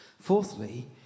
Fourthly